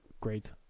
great